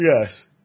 Yes